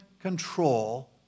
control